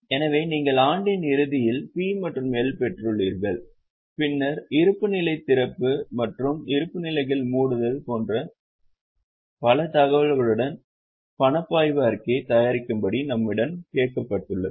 எனவே நீங்கள் ஆண்டின் இறுதியில் P மற்றும் L பெற்றுள்ளீர்கள் பின்னர் இருப்புநிலை திறப்பு மற்றும் இருப்புநிலைகளை மூடுதல் போன்ற பல தகவல்களுடன் பணப்பாய்வு அறிக்கையைத் தயாரிக்கும்படி நம்மிடம் கேட்கப்பட்டுள்ளது